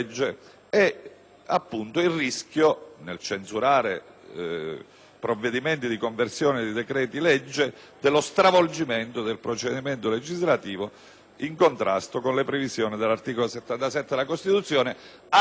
il rischio, nel censurare provvedimenti di conversione di decreti-legge, dello stravolgimento del procedimento legislativo in contrasto con le previsioni dell'articolo 77 della Costituzione, anche in rapporto